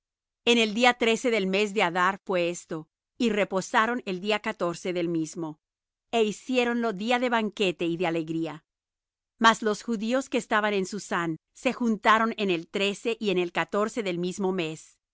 en el día trece del mes de adar fué esto y reposaron en el día catorce del mismo é hiciéronlo día de banquete y de alegría mas los judíos que estaban en susán se juntaron en el trece y en el catorce del mismo mes